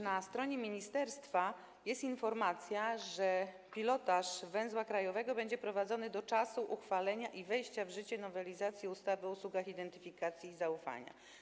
Na stronie ministerstwa jest informacja, że pilotaż węzła krajowego będzie prowadzony do czasu uchwalenia i wejścia w życie nowelizacji ustawy o usługach identyfikacji i zaufania.